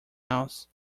else